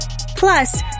Plus